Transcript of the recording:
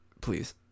please